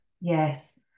yes